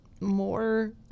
more